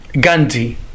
Gandhi